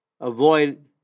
avoid